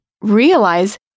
realize